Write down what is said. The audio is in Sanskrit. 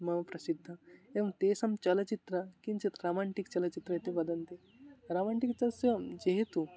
मम प्रसिद्धः एवं तेषां चलचित्रं किञ्चित् रमान्टिक् चलचित्रम् इति वदन्ति रमन्टिकस्य जेहेतु